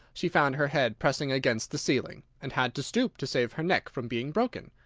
she found her head pressing against the ceiling, and had to stoop to save her neck from being broken.